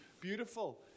beautiful